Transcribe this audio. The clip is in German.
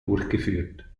durchgeführt